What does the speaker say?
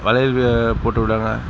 வளையல் போட்டு விடுவாங்க